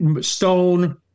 stone